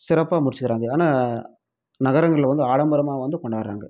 சிறப்பாக முடிச்சுக்கிறாங்க ஆனால் நகரங்களில் வந்து ஆடம்பரமாக வந்து கொண்டாடுறாங்க